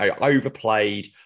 overplayed